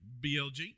BLG